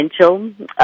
Potential